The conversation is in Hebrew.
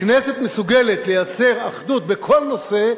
שכנסת מסוגלת לייצר אחדות בכל נושא,